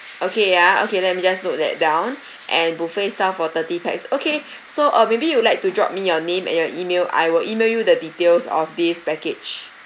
okay ya okay let me just note that down and buffet style for thirty pax okay so uh maybe you'll like to drop me your name and your email I will email you the details of this package